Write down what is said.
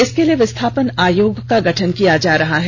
इसके लिए विस्थापन आयोग का गठन किया जा रहा है